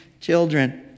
children